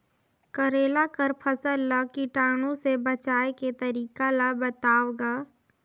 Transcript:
करेला कर फसल ल कीटाणु से बचाय के तरीका ला बताव ग?